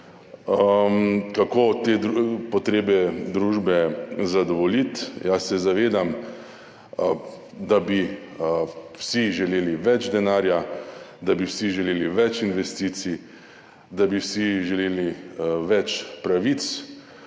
kako te potrebe družbe zadovoljiti. Jaz se zavedam, da bi vsi želeli več denarja, da bi vsi želeli več investicij, da bi vsi želeli več pravic,